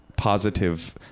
Positive